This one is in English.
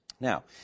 Now